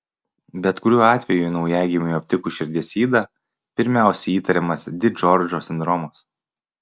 bet kuriuo atveju naujagimiui aptikus širdies ydą pirmiausia įtariamas di džordžo sindromas